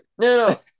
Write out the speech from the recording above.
No